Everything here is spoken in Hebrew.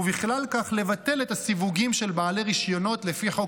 ובכלל זה לבטל את הסיווגים של בעלי רישיונות לפי חוק